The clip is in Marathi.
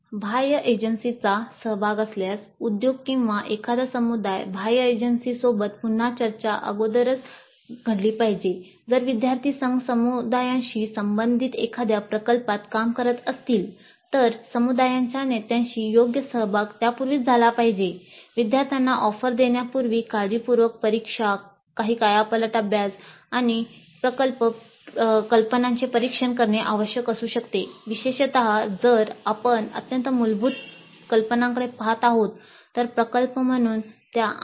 बाह्य एजन्सींचा केले तर विद्यार्थ्यांसाठी खूप निराशाजनक होईल